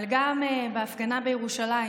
אבל גם בהפגנה בירושלים,